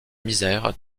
misère